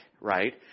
right